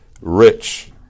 rich